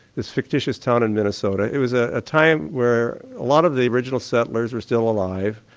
this fictitious town and minnesota. it was ah a time where a lot of the original settlers were still alive,